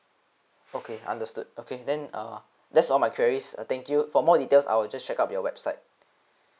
okay understood okay then uh that's all my queries uh thank you for more details I will just check up your website